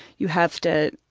you have to,